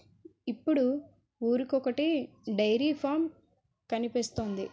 ఇప్పుడు ఊరికొకొటి dairy farm కనిపిస్తోంది